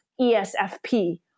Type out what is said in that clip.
ESFP